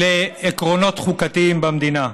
לעקרונות חוקתיים במדינה.